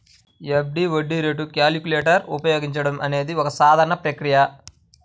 FD వడ్డీ rate calculator ఉపయోగించడం అనేది ఒక సాధారణ ప్రక్రియ